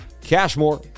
Cashmore